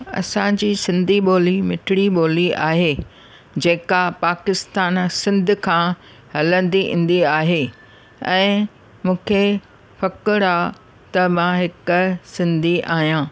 असांजी सिंधी ॿोली मिठड़ी ॿोली आहे जेका पाकिस्तान सिंध खां हलंदी ईंदी आहे ऐं मूंखे फ़ख़ुरु आहे त मां हिकु सिंधी आहियां